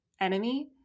enemy